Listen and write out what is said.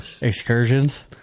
Excursions